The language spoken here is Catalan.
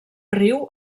riu